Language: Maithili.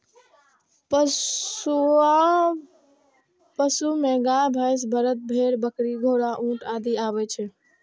पोसुआ पशु मे गाय, भैंस, बरद, भेड़, बकरी, घोड़ा, ऊंट आदि आबै छै